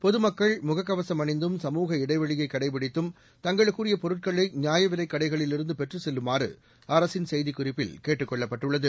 பொதுமக்கள் முகக்கவசம் அணிந்தும் சமூக இடைவெளியைக் கடைபிடித்தும் தங்களுக்குரிய பொருட்களை நியாய விலைக்கடைகளிலிருந்து பெற்றுச் செல்லுமாறு அரசின் செய்திக் குறிப்பில் கேட்டுக் கொள்ளப்பட்டுள்ளது